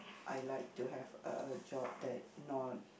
I like to have a job that not